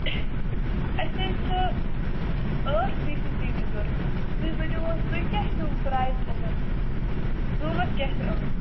اَسہِ حظ چھِ ٲٹھ سی سی ٹی وی ضروٗرت تُہۍ ؤنو حظ تُہۍ کیٛاہ چھِو پرایز یِمن قٍمتھ کیٛاہ چھُ یِمن